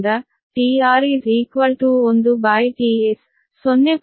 11 ಬರುತ್ತದೆ ಆದ್ದರಿಂದ tR 1t S 0